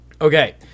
Okay